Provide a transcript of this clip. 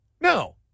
No